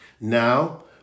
Now